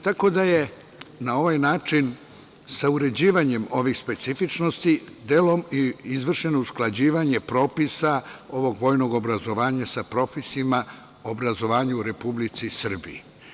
Tako da je na ovaj način, sa uređivanjem ovih specifičnosti, delom izvršeno i usklađivanje propisa ovog vojnog obrazovanja sa propisima obrazovanja u Republici Srbiji.